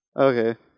Okay